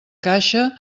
caixa